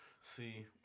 See